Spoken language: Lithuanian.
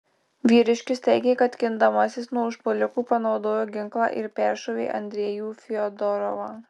vyriškis teigė kad gindamasis nuo užpuolikų panaudojo ginklą ir peršovė andrejų fiodorovą